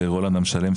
רולנד עם שלם,